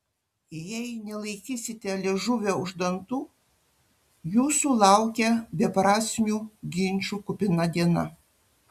jei nelaikysite liežuvio už dantų jūsų laukia beprasmių ginčų kupina diena